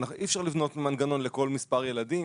אי אפשר לבנות מנגנון לכל מספר ילדים,